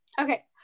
Okay